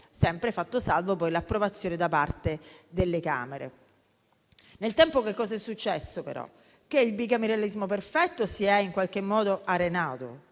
sempre fatta salva poi l'approvazione da parte delle Camere. Nel tempo, però, che cosa è successo? Il bicameralismo perfetto si è in qualche modo arenato,